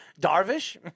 Darvish